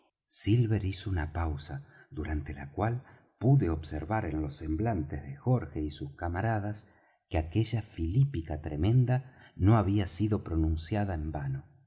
silver hizo una pausa durante la cual pude observar en los semblantes de jorge y sus camaradas que aquella filípica tremenda no había sido pronunciada en vano